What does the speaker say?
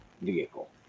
vehicle